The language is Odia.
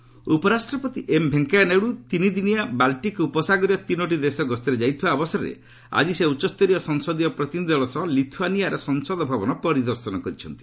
ନାଇଡୁ ଲିଥୁଆନିଆ ଉପରାଷ୍ଟ୍ରପତି ଏମ୍ ଭେଙ୍କୟା ନାଇଡୁ ତିନି ଦିନିଆ ବାଲଟିକ୍ ଉପସାଗରୀୟ ତିନୋଟି ଦେଶ ଗସ୍ତରେ ଯାଇଥିବା ଅବସରରେ ଆଜି ସେ ଉଚ୍ଚସ୍ତରୀୟ ସଂସଦୀୟ ପ୍ରତିନିଧି ଦଳ ସହ ଲିଥୁଆନିଆର ସଂସଦ ଭବନ ପରିଦର୍ଶନ କରିଛନ୍ତି